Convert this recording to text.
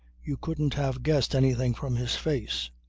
you couldn't have guessed anything from his face.